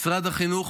במשרד החינוך,